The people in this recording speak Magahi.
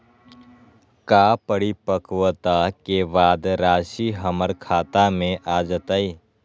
का परिपक्वता के बाद राशि हमर खाता में आ जतई?